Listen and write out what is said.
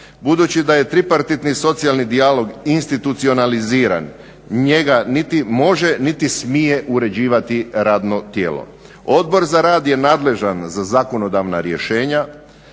Budući da je tripartitni socijalni dijalog institucionaliziran, njega niti može niti smije uređivati radno tijelo. Odbor za rad je nadležan za zakonodavna rješenja,